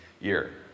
year